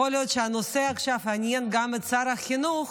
יכול להיות שהנושא יעניין עכשיו גם את שר החינוך,